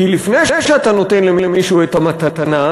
כי לפני שאתה נותן למישהו מתנה,